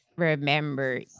Remember